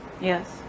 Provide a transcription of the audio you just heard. yes